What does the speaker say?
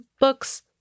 books